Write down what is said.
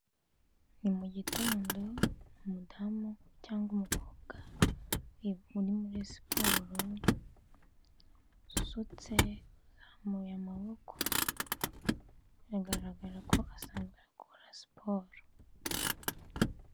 Ni mu gitondo umudamu cyangwa umukobwa uri muri siporo, usutse, uzamuye amaboko, biragaragara ko asanzwe akora siporo.